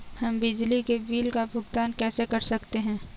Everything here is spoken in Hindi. हम बिजली के बिल का भुगतान कैसे कर सकते हैं?